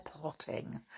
plotting